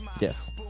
Yes